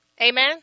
Amen